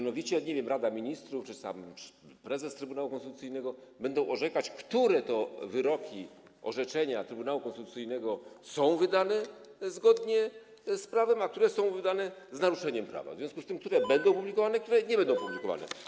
Nie wiem, Rada Ministrów czy sam prezes Trybunału Konstytucyjnego będą orzekać, które to wyroki, orzeczenia Trybunału Konstytucyjnego są wydane zgodnie z prawem, a które są wydane z naruszeniem prawa, a w związku z tym które będą publikowane, a które nie będą publikowane.